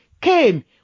came